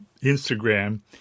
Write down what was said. Instagram